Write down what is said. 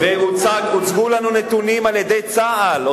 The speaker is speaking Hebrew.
והוצגו לנו נתונים על-ידי צה"ל,